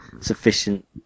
sufficient